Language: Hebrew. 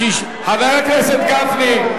חבר הכנסת גפני,